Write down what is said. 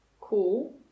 cool